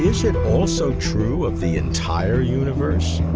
is it also true of the entire universe?